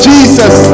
Jesus